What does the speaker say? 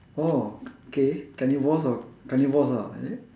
oh K carnivores or carnivores ah is it